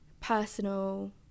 personal